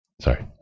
Sorry